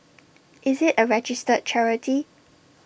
is IT A registered charity